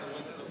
נורית לא.